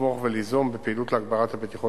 לתמוך וליזום פעילויות להגברת הבטיחות